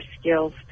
skills